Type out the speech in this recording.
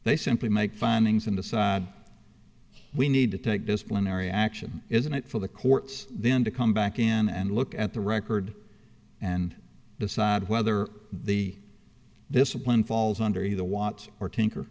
they simply make findings in the we need to take disciplinary action isn't it for the courts then to come back in and look at the record and decide whether the discipline falls under the watch or tinker